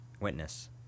witness